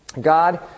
God